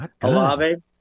Alave